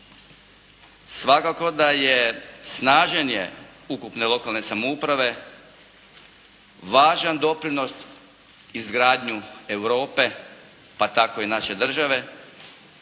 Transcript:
se ne razumije./… ukupne lokalne samouprave važan doprinos izgradnji Europe, pa tako i naše države,